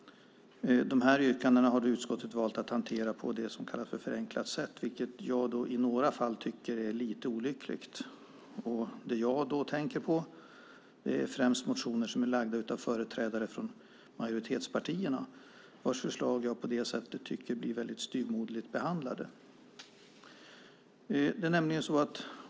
De yrkandena har utskottet valt att hantera på det som kallas förenklat sätt, vilket jag i några fall tycker är lite olyckligt. Det jag tänker på är främst motioner väckta av företrädare för majoritetspartierna. Deras förslag tycker jag på detta sätt blir styvmoderligt behandlade.